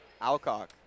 Alcock